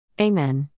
Amen